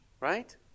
Right